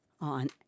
on